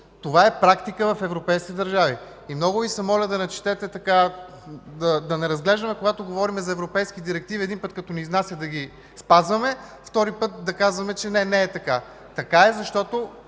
Това е практика в европейските държави. Много Ви моля, да не разглеждаме – когато говорим за европейски директиви, един път, като ни изнася, да ги спазваме, втори път – да казваме, че, не, не е така. Така е, защото